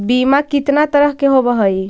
बीमा कितना तरह के होव हइ?